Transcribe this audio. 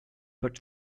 but